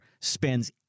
spends